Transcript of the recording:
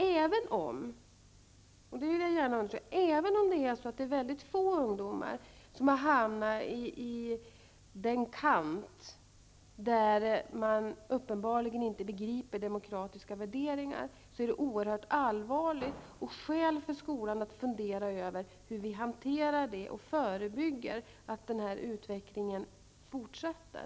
Även om -- det vill jag understryka -- det är fråga om väldigt få ungdomar som har hamnat på den kant där man uppenbarligen inte begriper demokratiska värderingar, är det oerhört allvarligt och skäl för skolan att fundera över hur vi hanterar det och hur vi skall förebygga att utvecklingen fortsätter.